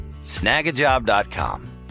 snagajob.com